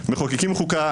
מחוקקים חוקה,